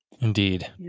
Indeed